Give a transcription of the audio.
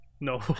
No